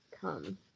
come